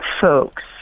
folks